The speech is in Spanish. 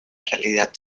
realidad